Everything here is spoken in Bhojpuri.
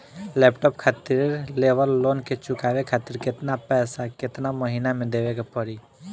लैपटाप खातिर लेवल लोन के चुकावे खातिर केतना पैसा केतना महिना मे देवे के पड़ी?